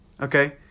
Okay